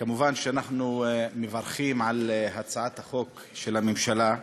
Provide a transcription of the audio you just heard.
כמובן, אנחנו מברכים על הצעת החוק של הממשלה.